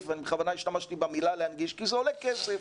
ואני בכוונה השתמשתי במילה 'להנגיש' כי זה עולה כסף.